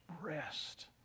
rest